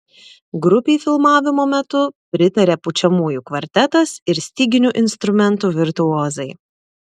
grupei filmavimo metu pritarė pučiamųjų kvartetas ir styginių instrumentų virtuozai